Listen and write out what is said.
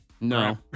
No